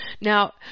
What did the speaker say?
Now